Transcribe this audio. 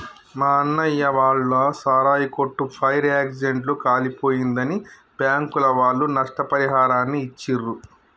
మా అన్నయ్య వాళ్ళ సారాయి కొట్టు ఫైర్ యాక్సిడెంట్ లో కాలిపోయిందని బ్యాంకుల వాళ్ళు నష్టపరిహారాన్ని ఇచ్చిర్రు